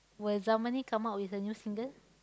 will Zamani come out with a new single